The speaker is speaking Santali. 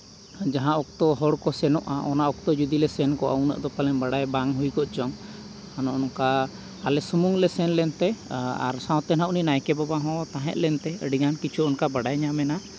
ᱟᱨ ᱡᱟᱦᱟᱸ ᱚᱠᱛᱚ ᱦᱚᱲ ᱠᱚ ᱥᱮᱱᱚᱜᱼᱟ ᱚᱱᱟ ᱚᱠᱛᱚ ᱡᱩᱫᱤ ᱞᱮ ᱥᱮᱱ ᱠᱚᱜᱼᱟ ᱩᱱᱟᱹᱜ ᱫᱚ ᱯᱟᱞᱮᱫ ᱵᱟᱰᱟᱭ ᱵᱟᱝ ᱦᱩᱭ ᱠᱚᱜ ᱪᱚᱝ ᱚᱱᱟ ᱟᱞᱮ ᱥᱩᱢᱩᱱ ᱞᱮ ᱥᱮᱱ ᱞᱮᱱᱛᱮ ᱟᱨ ᱥᱟᱶᱛᱮ ᱦᱟᱸᱜ ᱩᱱᱤ ᱱᱟᱭᱠᱮ ᱵᱟᱵᱟ ᱦᱚᱸ ᱛᱟᱦᱮᱸᱫ ᱞᱮᱱᱛᱮ ᱟᱹᱰᱤᱜᱟᱱ ᱠᱤᱪᱷᱩ ᱚᱱᱠᱟ ᱵᱟᱰᱟᱭ ᱧᱟᱢ ᱮᱱᱟ